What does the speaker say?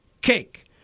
cake